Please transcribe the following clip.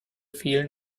vielen